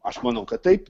aš manau kad taip